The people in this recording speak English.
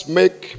make